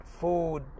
food